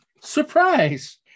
surprise